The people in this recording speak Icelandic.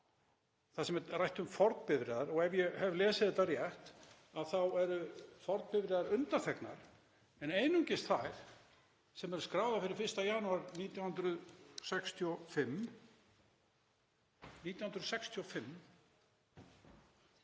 þar sem er rætt um fornbifreiðar. Ef ég hef lesið þetta rétt þá eru fornbifreiðar undanþegnar en einungis þær sem eru skráðar fyrir 1. janúar 1965.